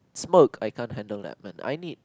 smoke I can't handle that but I need